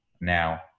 now